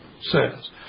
says